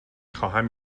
خواهم